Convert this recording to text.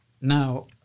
Now